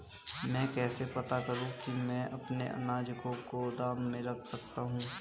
मैं कैसे पता करूँ कि मैं अपने अनाज को गोदाम में रख सकता हूँ?